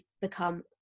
become